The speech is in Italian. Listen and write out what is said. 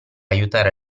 aiutare